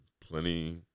plenty